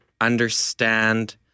understand